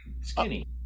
skinny